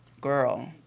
girl